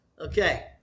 Okay